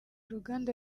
ruganda